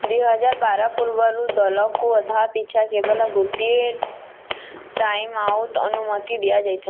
ଦୁଇ ହଜାର ବାର ପୂର୍ବରୁ ଦଳକୁ ଅଧା ପିଛା କେବଳ ଗୋଟିଏ ଟାଇମ୍ ଆଉଟ୍ ଅନୁମତି ଦିଆଯାଇଥିଳା